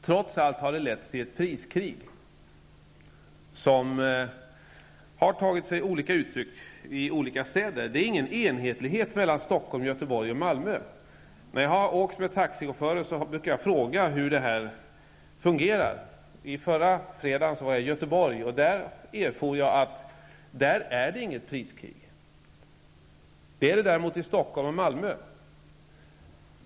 Trots allt har det lett till ett priskrig som har tagit sig olika uttryck i olika städer. Det är ingen enhetlighet mellan Stockholm, När jag åker taxi brukar jag fråga chaufförerna hur det här priskriget fungerar. I fredags var jag i Göteborg. Jag erfor att där finns inget priskrig. Det finns det däremot i Stockholm och Malmö.